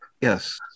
Yes